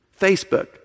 Facebook